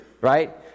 Right